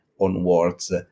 onwards